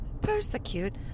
persecute